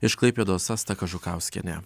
iš klaipėdos asta kažukauskienė